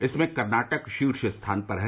इसमें कर्नाटक शीर्ष स्थान पर है